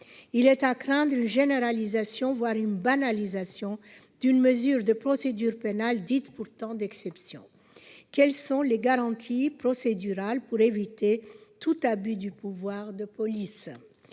Il est à craindre une généralisation, voire une banalisation d'une mesure de procédure pénale dite pourtant « d'exception ». Quelles seront les garanties procédurales qui permettront d'empêcher les abus de pouvoir de la police ?